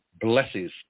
blesses